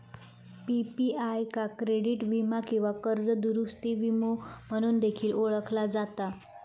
PPI का credit वीमा किंवा कर्ज दुरूस्ती विमो म्हणून देखील ओळखला जाता